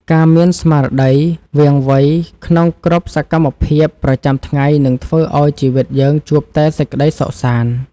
ការមានស្មារតីរវាងវៃក្នុងគ្រប់សកម្មភាពប្រចាំថ្ងៃនឹងធ្វើឱ្យជីវិតយើងជួបតែសេចក្តីសុខសាន្ត។